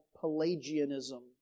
Pelagianism